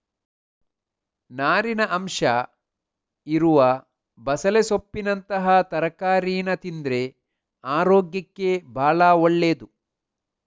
ನಾರಿನ ಅಂಶ ಇರುವ ಬಸಳೆ ಸೊಪ್ಪಿನಂತಹ ತರಕಾರೀನ ತಿಂದ್ರೆ ಅರೋಗ್ಯಕ್ಕೆ ಭಾಳ ಒಳ್ಳೇದು